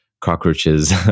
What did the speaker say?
Cockroaches